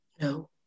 no